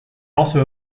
also